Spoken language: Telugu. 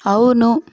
అవును